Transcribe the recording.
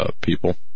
people